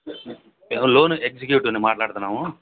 loan ఎగ్జిక్యూటివ్ని మాట్లాడుతున్నాము